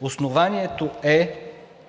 Основанието е